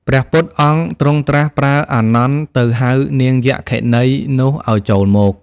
ព្រះពុទ្ធអង្គ ទ្រង់ត្រាស់ប្រើអានន្ទទៅ ហៅនាងយក្ខិនីនោះឲ្យចូលមក។